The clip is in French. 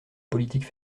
politique